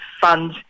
fund